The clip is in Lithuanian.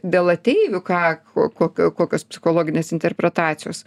dėl ateivių ką ko kokios psichologinės interpretacijos